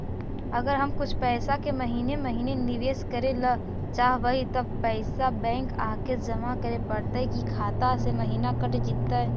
अगर हम कुछ पैसा के महिने महिने निबेस करे ल चाहबइ तब पैसा बैक आके जमा करे पड़तै कि खाता से महिना कट जितै?